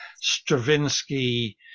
Stravinsky